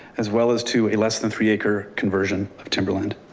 as well as to a less than three acre conversion of timberland.